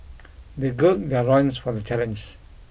they gird their loins for the challenge